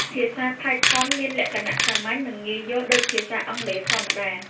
ភាសា Python មានលក្ខណៈសាមញ្ញ និងងាយយល់ដូចភាសាអង់គ្លេសធម្មតា។